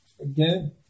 again